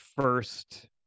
first